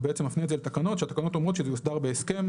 הוא בעצם מפנה את זה לתקנות שהתקנות אומרות שזה יוסדר בהסכם,